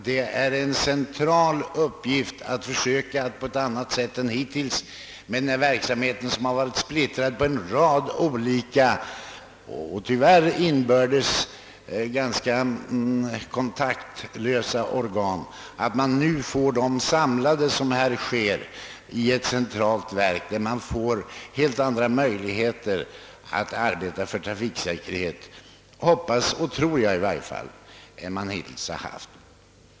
Det är en central uppgift att på ett annat sätt än hittills ordna verksamheten, som varit splittrad på en rad oli ka organ, vilka tyvärr haft dålig inbördes kontakt. Genom att samla dem i ett centralt verk får man — hoppas och tror jag — helt andra möjligheter att arbeta för trafiksäkerheten än man hittills haft.